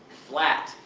flat,